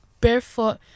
barefoot